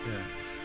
Yes